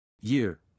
Year